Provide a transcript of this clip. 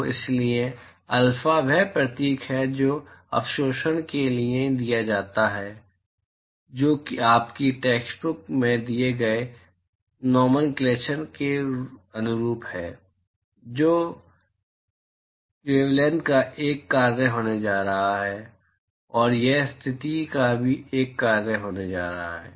तो इसलिए अल्फा वह प्रतीक है जो अवशोषण के लिए दिया जाता है जो आपकी टैक्स्टबुक में दिए गए नॉमनक्लेचर के अनुरूप है जो वलैंथ का एक कार्य होने जा रहा है और यह स्थिति का भी एक कार्य होने जा रहा है